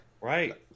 Right